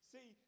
See